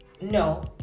no